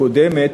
הקודמת,